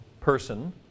person